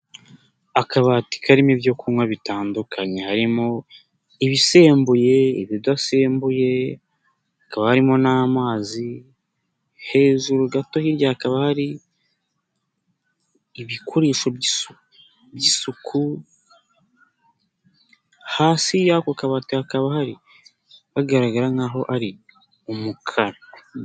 Akabati karimo ibyo kunywa bitandukanye harimo: ibisembuye, ibidasembuye, hakaba harimo n'amazi, hejuru gato hirya hakaba hari ibikoresho by'isuku, hasi y'ako kabati hakaba hari hagaragara nk'aho ari umukara.